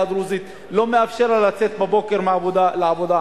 הדרוזית לא מאפשרות לה לצאת בבוקר לעבודה,